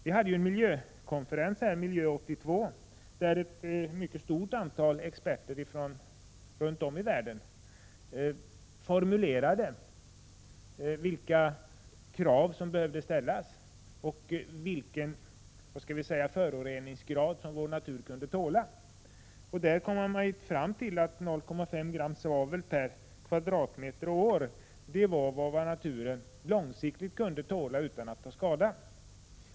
Vid konferensen Miljö 82 formulerade ett stort antal experter från hela världen vilka krav vi måste ställa och vilken föroreningsgrad som vår natur kan tåla. Man kom där fram till att 0,5 g svavel per kvadratmeter och år är vad naturen långsiktigt kan ta emot utan att lida skada.